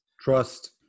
trust